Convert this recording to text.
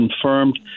confirmed